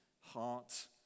heart